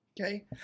Okay